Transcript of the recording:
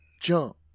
jump